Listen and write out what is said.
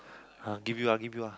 !huh! give you ah give you ah